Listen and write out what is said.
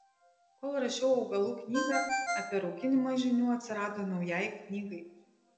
kol rašiau augalų knygą apie rauginimą žinių atsirado naujai knygai